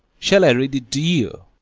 shall i read it to you?